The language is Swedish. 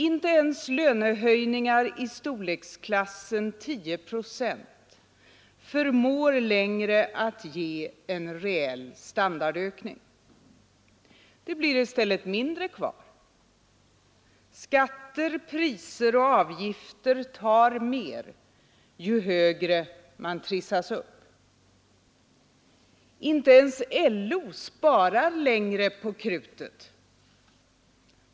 Inte ens lönehöjningar i storleksklassen 10 procent förmår längre ge en rejäl standardökning. Det blir i stället mindre kvar: skatter, priser och avgifter tar mer ju högre man trissas upp. Inte ens LO spar längre på krutet.